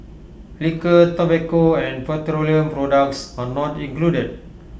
Liquor Tobacco and petroleum products are not included